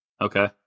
Okay